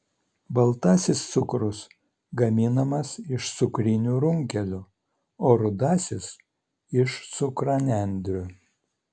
baltasis cukrus gaminamas iš cukrinių runkelių o rudasis iš cukranendrių